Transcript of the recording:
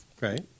Right